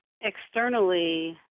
externally